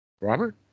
Robert